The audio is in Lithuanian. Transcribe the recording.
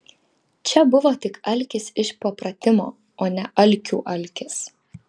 čia buvo tik alkis iš papratimo o ne alkių alkis